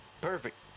Perfect